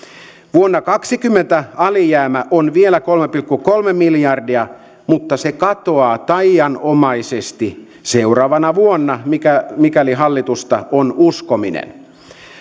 vuonna kaksikymmentä alijäämää on vielä kolme pilkku kolme miljardia mutta se katoaa taianomaisesti seuraavana vuonna mikäli hallitusta on uskominen